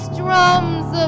drums